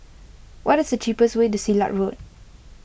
what is the cheapest way to Silat Road